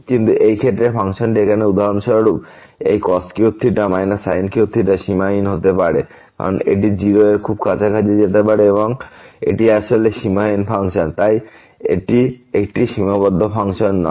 কিন্তু এই ক্ষেত্রে এই ফাংশনটি এখানে উদাহরণস্বরূপ এই cos3 sin3 সীমাহীন হতে পারে কারণ এটি 0 এর খুব কাছাকাছি যেতে পারে এবং এটি আসলে সীমাহীন ফাংশন তাই এটি একটি সীমাবদ্ধ ফাংশন নয়